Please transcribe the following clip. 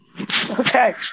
Okay